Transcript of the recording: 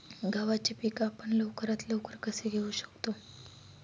गव्हाचे पीक आपण लवकरात लवकर कसे घेऊ शकतो?